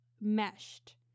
meshed